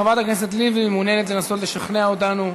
חברת הכנסת לבני מעוניינת לנסות לשכנע אותנו.